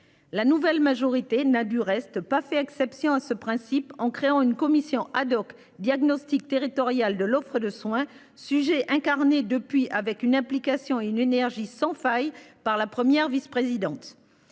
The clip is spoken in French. La nouvelle majorité n'a du reste pas fait exception à ce principe en créant une commission ad-hoc diagnostic territorial de l'offre de soins sujet incarné depuis avec une implication et une énergie sans faille par la première vice- présidente